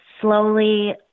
slowly